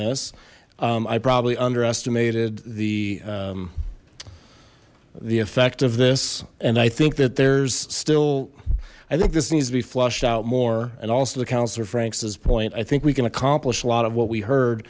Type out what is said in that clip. this i probably underestimated the the effect of this and i think that there's still i think this needs to be flushed out more and also the councillor franks is point i think we can accomplish a lot of what we heard